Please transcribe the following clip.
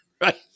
right